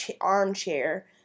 armchair